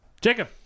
Jacob